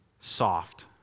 soft